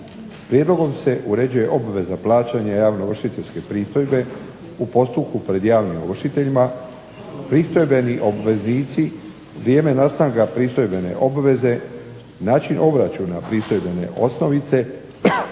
Prijedlogom se uređuje obveza plaćanja javnoovršiteljske pristojbe u postupku pred javnim ovršiteljima pristojbeni obveznici vrijeme nastanka pristojbene obveze, način obračuna pristojbene osnovice,